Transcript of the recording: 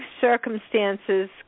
circumstances